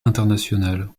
internationale